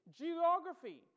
geography